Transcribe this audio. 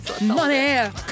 money